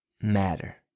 matter